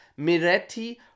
Miretti